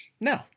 No